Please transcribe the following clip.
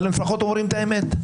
הם אומרים את האמת.